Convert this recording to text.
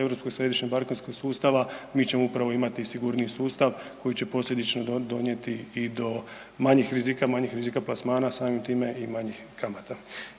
europskog središnjeg bankarskog sustava mi ćemo upravo imati sigurniji sustav koji će posljedično donijeti i do manjih rizika, manjih rizika plasmana, samim time i manjih kamata.